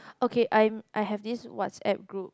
okay I'm I have this WhatsApp group